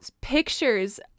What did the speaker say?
Pictures